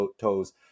toes